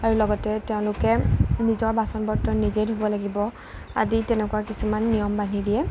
আৰু লগতে তেওঁলোকে নিজৰ বাচন বৰ্তন নিজেই ধুব লাগিব আদি তেনেকুৱা কিছুমান নিয়ম বান্ধি দিয়ে